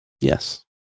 Yes